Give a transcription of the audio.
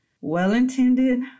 well-intended